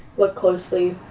look closely.